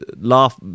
laugh